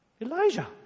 Elijah